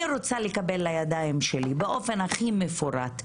אני רוצה לקבל לידיים שלי באופן הכי מפורט,